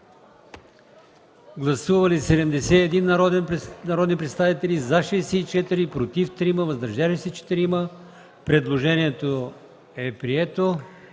Гласували 91 народни представители: за 18, против 42, въздържали се 31. Предложението не е прието.